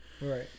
Right